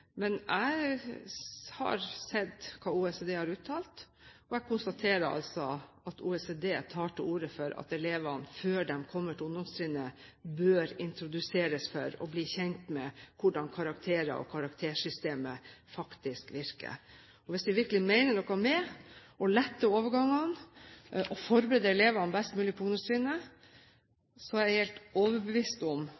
men jeg har sett hva OECD har uttalt, og jeg konstaterer altså at OECD tar til orde for at elevene, før de kommer til ungdomstrinnet, bør introduseres for og bli kjent med hvordan karakterer og karaktersystemet faktisk virker. Hvis de virkelig mener noe med å lette overgangen og forberede elevene best mulig